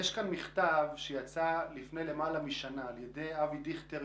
יש כאן מכתב שיצא לפני יותר משנה על ידי אבי דיכטר,